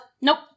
nope